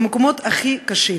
במקומות הכי קשים.